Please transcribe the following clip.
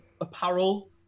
apparel